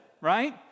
right